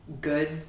good